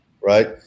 right